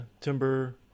Timber